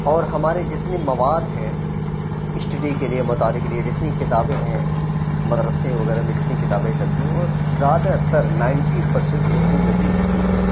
اور ہمارے جتنے مواد ہیں اسٹڈی کے لیے مطالعے کے لیے جتنی کتابیں ہیں مدرسے وغیرہ میں جتنی کتابیں چلتی ہیں وہ زیادہ تر نائنٹی پرسینٹ اُردو میں ہی ہوتی ہیں